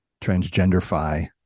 transgenderfy